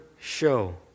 show